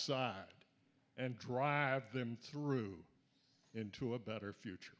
side and drive them through into a better future